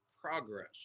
progress